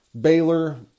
Baylor